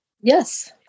Yes